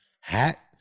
hat